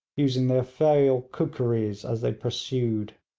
using their fell kookeries as they pursued.